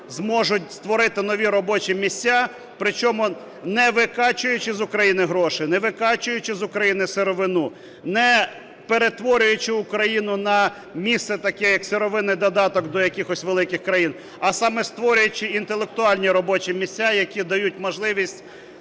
зможуть створити нові робочі місця, причому не викачуючи з України гроші, не викачуючи з України сировину, не перетворюючи Україну на місце таке як сировинний додаток до якихось великих країн, а саме створюючи інтелектуальні робочі місця, які дають можливість